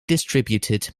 distributed